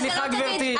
סליחה, גברתי.